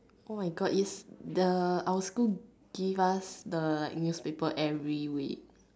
oh my god is the our school give us the newspaper every week